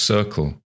Circle